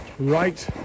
right